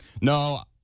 No